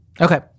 Okay